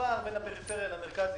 הפער בין המרכז לפריפריה יגדל.